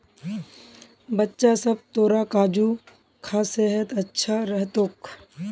बच्चा सब, तोरा काजू खा सेहत अच्छा रह तोक